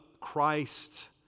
Christ